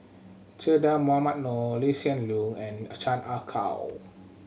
Che Dah Mohamed Noor Lee Hsien Loong and a Chan Ah Kow